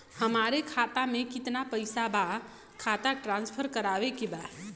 हमारे खाता में कितना पैसा बा खाता ट्रांसफर करावे के बा?